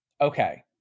okay